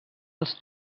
els